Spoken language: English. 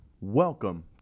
welcome